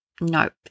Nope